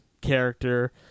character